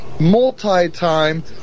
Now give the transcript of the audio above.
multi-time